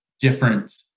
different